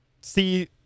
see